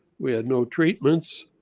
we had no treatments.